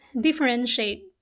differentiate